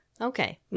Okay